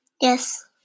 Yes